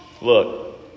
Look